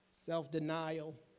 self-denial